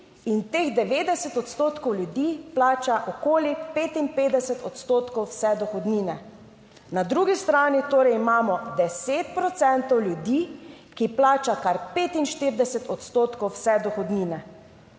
In teh 90 odstotkov ljudi plača okoli 55 odstotkov vse dohodnine. Na drugi strani torej imamo 10 procentov ljudi, ki plača kar 45 odstotkov vse dohodnine.